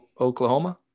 Oklahoma